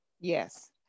yes